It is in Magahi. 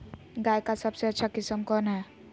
गाय का सबसे अच्छा किस्म कौन हैं?